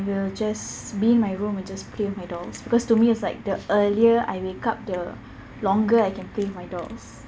will just be in my room and just play with my dolls because to me it's like the earlier I wake up the longer I can play with my dolls